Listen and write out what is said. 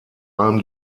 allem